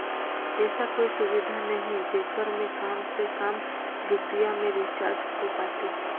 ऐसा कोई सुविधा नहीं जेकर मे काम से काम रुपिया मे रिचार्ज हो पातीस?